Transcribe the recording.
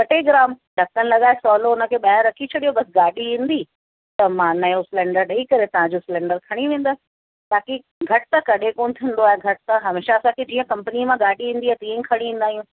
ॿ टे ग्राम ढकणु लॻाए सवलो हुन खे ॿाहिरि रखी छॾियो बसि गाॾी ईंदी त मां नओं सिलेंडर ॾेई करे तव्हांजो सिलेंडर खणी वेंदसि बाक़ी घटि त कॾहिं कोन थींदो आहे घटि त हमेशा असांखे जीअं कंपनीअ मां गाॾी ईंदी आहे तीअं ई खणी ईंदा आहियूं